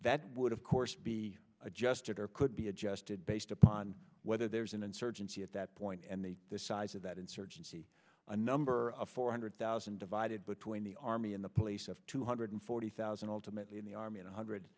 that would of course be adjusted or could be adjusted based upon whether there's an insurgency at that point and the the size of that insurgency a number four hundred thousand divided between the army and the police of two hundred forty thousand alternately in the army one hundred